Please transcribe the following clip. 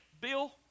bill